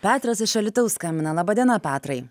petras iš alytaus skambina laba diena petrai